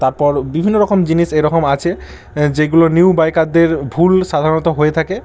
তারপর বিভিন্ন রকম জিনিস এরকম আছে যেগুলো নিউ বাইকারদের ভুল সাধারণত হয়ে থাকে